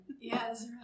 Yes